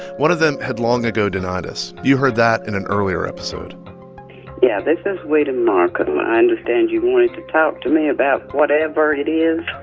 one of them had long ago denied us. you heard that in an earlier episode yeah, this is ouida markham. i understand you wanted to talk to me about whatever it is.